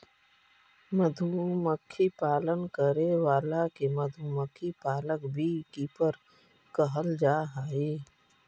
मधुमक्खी पालन करे वाला के मधुमक्खी पालक बी कीपर कहल जा हइ